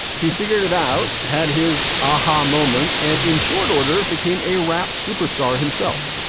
he figured it out, had his aha moment and in short order became a rap superstar himself.